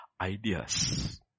ideas